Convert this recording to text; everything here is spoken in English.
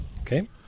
Okay